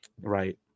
right